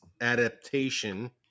adaptation